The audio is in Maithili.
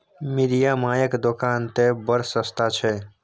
मिरिया मायक दोकान तए बड़ सस्ता छै